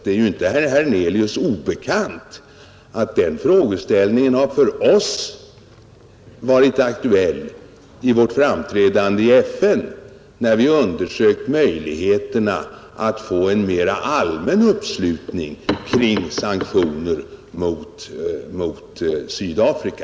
Det är ju inte herr Hernelius obekant att den frågeställningen har varit aktuell för oss i vårt framträdande i FN när vi undersökt möjligheterna att få en mer allmän uppslutning kring sanktioner mot Sydafrika.